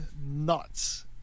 nuts